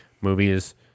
movies